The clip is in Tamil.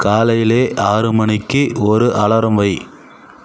காலையில் ஆறு மணிக்கு ஒரு அலாரம் வை